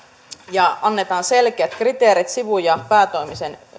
ja annetaan selkeät kriteerit sivu ja päätoimisen